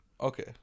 Okay